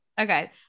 okay